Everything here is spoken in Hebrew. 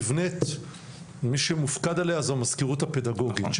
מי שמופקד עליה זה המזכירות הפדגוגית,